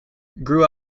grew